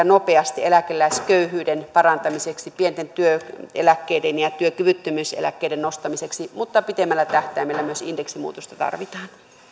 nopeasti eläkeläisköyhyyden parantamiseksi pienten työeläkkeiden ja työkyvyttömyyseläkkeiden nostamiseksi mutta pitemmällä tähtäimellä myös indeksimuutosta tarvitaan